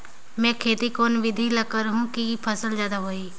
मै खेती कोन बिधी ल करहु कि फसल जादा होही